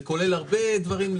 זה כולל הרבה דברים.